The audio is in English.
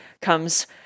comes